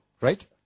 Right